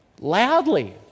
loudly